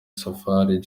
safari